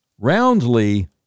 roundly